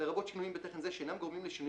לרבות שינויים בתכן זה שאינם גורמים לשינוי